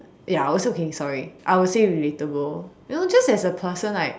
ya I also feeling sorry I will say relatable you know just as a person like